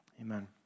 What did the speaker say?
Amen